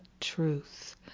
truth